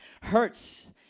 hurts